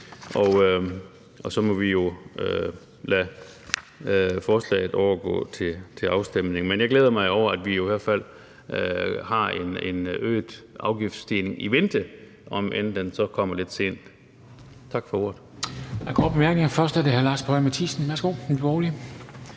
og så må vi jo lade forslaget overgå til afstemning. Men jeg glæder mig over, at vi jo i hvert fald har en øget afgiftsstigning i vente, om end den så kommer lidt sent. Tak for ordet.